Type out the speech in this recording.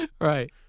Right